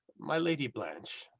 my lady blanch,